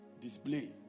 Display